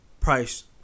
price